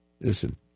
Listen